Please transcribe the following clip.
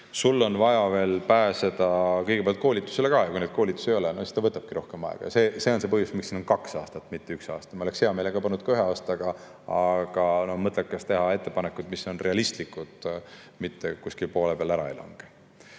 sul on vaja pääseda kõigepealt koolitusele ja kui neid koolitusi ei ole, siis see võtabki rohkem aega. See on see põhjus, miks siin on kaks aastat, mitte üks aasta. Me oleks hea meelega pannud ka ühe aasta, aga on mõttekas teha ettepanekuid, mis on realistlikud, mitte kuskil poole peal ära ei lange.